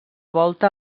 volta